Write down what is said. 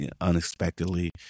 unexpectedly